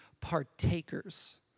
partakers